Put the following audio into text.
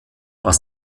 was